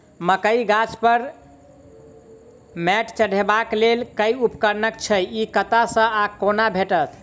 मकई गाछ पर मैंट चढ़ेबाक लेल केँ उपकरण छै? ई कतह सऽ आ कोना भेटत?